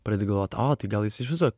pradedi galvot o tai gal jis iš viso